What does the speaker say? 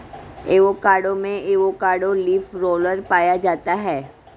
avocado में avocado leaf roller पाया जाता है